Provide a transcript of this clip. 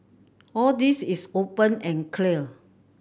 all this is open and clear